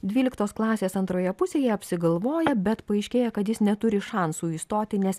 dvyliktos klasės antroje pusėje apsigalvoja bet paaiškėja kad jis neturi šansų įstoti nes